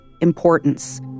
importance